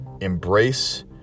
Embrace